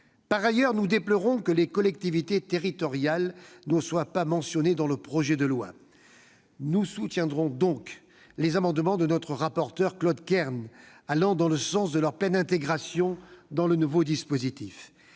Par ailleurs, nous déplorons que les collectivités territoriales ne soient pas mentionnées dans le projet de loi. Nous soutiendrons donc les amendements de notre rapporteur Claude Kern allant dans le sens de leur pleine intégration dans le nouveau dispositif.